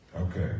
Okay